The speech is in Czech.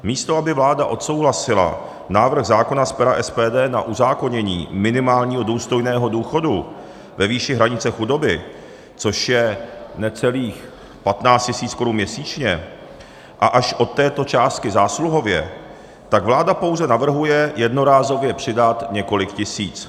Místo aby vláda odsouhlasila návrh zákona z pera SPD na uzákonění minimálního důstojného důchodu ve výši hranice chudoby, což je necelých 15 tisíc korun měsíčně, a až od této částky zásluhově, tak vláda pouze navrhuje jednorázově přidat několik tisíc.